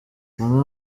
bamwe